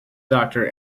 doctor